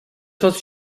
what